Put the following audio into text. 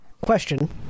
Question